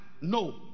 no